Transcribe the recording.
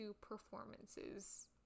performances